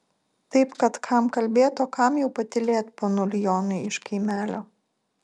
taip kad kam kalbėt o kam jau patylėt ponuli jonai iš kaimelio